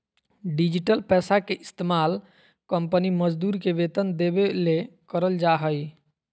digital पैसा के इस्तमाल कंपनी मजदूर के वेतन देबे ले करल जा हइ